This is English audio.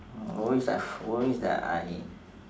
I'm always worry worry that I